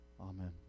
Amen